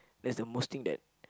that's the most thing that